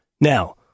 Now